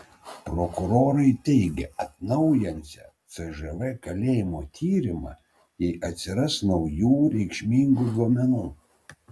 prokurorai teigia atnaujinsią cžv kalėjimo tyrimą jei atsiras naujų reikšmingų duomenų